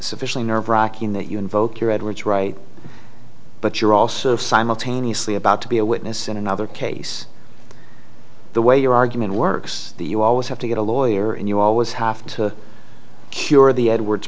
sufficiently nerve wracking that you invoke your edwards right but you're also simultaneously about to be a witness in another case the way your argument works you always have to get a lawyer and you always have to cure the edwards